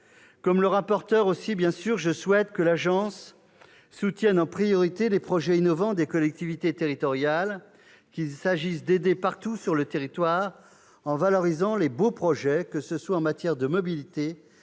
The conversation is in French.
Comme le rapporteur, je souhaite que l'agence soutienne en priorité les projets innovants des collectivités territoriales, qu'il faut aider partout sur le territoire, en valorisant les beaux projets, que ce soit en matière de mobilités,